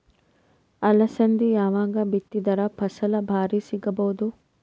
ಅಲಸಂದಿ ಯಾವಾಗ ಬಿತ್ತಿದರ ಫಸಲ ಭಾರಿ ಸಿಗಭೂದು?